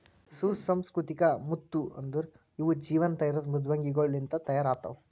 ಸುಸಂಸ್ಕೃತಿಕ ಮುತ್ತು ಅಂದುರ್ ಇವು ಜೀವಂತ ಇರದ್ ಮೃದ್ವಂಗಿಗೊಳ್ ಲಿಂತ್ ತೈಯಾರ್ ಆತ್ತವ